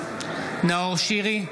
נאור שירי,